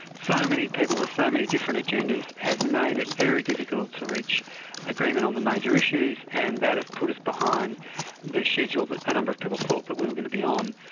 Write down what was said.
so many people with so many different agendas have made it very difficult to reach agreement on the major issues and that has put us behind the schedule that a number of people thought that we were going to be on.